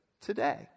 today